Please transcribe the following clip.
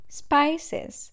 spices